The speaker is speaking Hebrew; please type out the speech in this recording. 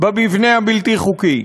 במבנה הבלתי-חוקי.